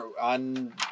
on